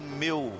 meu